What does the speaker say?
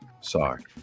Sorry